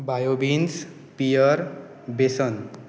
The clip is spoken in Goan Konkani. बायोबिन्स पियर बेसन